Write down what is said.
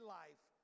life